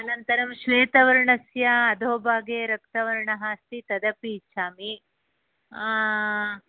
अनन्तरं श्वेतवर्णस्य अधोभाागे रक्तवर्णः अस्ति तदपि इच्छामि